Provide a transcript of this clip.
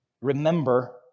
remember